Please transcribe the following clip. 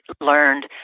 learned